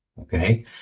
okay